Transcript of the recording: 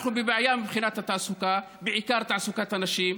אנחנו בבעיה מבחינת התעסוקה, בעיקר תעסוקת הנשים.